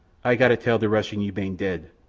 ay gotta tal the russian you ban dead,